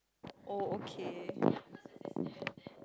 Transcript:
oh okay